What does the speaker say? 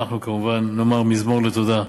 ואנחנו כמובן נאמר מזמור לתודה.